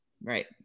Right